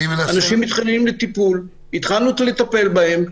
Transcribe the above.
אנשים מתחננים לטיפול והתחלנו לטפל בהם,